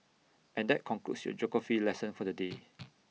and that concludes your geography lesson for the day